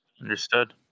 understood